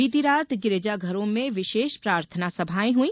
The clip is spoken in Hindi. बीती रात गिरजाघरों में विशेष प्रार्थना सभाएं हुई